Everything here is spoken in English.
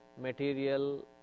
Material